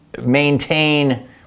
maintain